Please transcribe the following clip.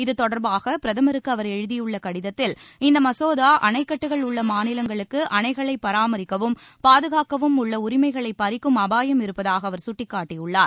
இது தொடர்பாக பிரதமருக்கு அவர் எழுதியுள்ள கடிதத்தில் இந்த மசோதா அணைக்கட்டுகள் உள்ள மாநிலங்களுக்கு அனைகளைப் பராமரிக்கவும் பாதுகாக்கவும் உள்ள உரிமைகளை பறிக்கும் அபாயம் இருப்பதாக அவர் சுட்டிக்காட்டியுள்ளார்